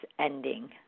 ending